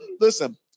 listen